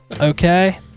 Okay